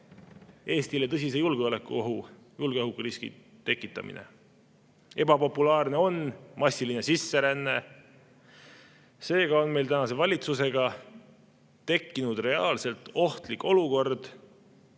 Eestile tõsise julgeolekuohu, julgeolekuriski tekitamine. Ebapopulaarne on massiline sisseränne. Seega on meil tänase valitsusega tekkinud reaalselt ohtlik olukord,